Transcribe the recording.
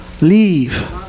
leave